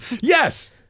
Yes